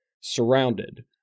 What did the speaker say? Surrounded